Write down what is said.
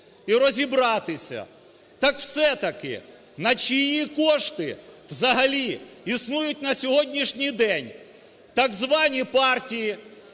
І розібратися, так все-таки на чиї кошти взагалі існують на сьогоднішній день так звані партії,